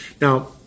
Now